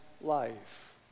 life